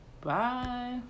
Bye